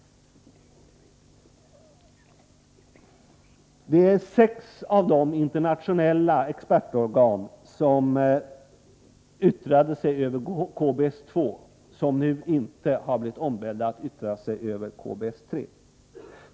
Det är sex av de internationella expertorgan som yttrade sig över KBS-2 som nu inte blivit ombedda att yttra sig över KBS-3.